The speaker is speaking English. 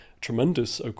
tremendous